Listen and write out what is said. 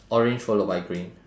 orange followed by green